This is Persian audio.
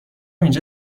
اینجا